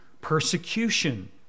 persecution